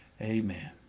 Amen